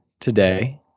today